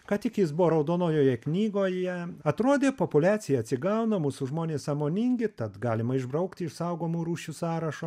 ką tik jis buvo raudonojoje knygoje atrodė populiacija atsigauna mūsų žmonės sąmoningi tad galima išbraukti iš saugomų rūšių sąrašo